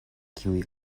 kiuj